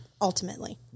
Ultimately